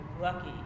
lucky